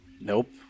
Nope